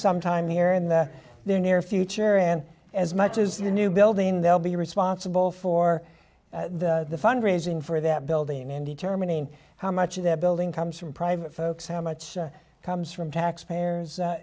sometime here in the near future and as much as the new building they'll be responsible for the fund raising for that building and determining how much of that building comes from private folks how much comes from taxpayers